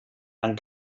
amb